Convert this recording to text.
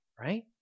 right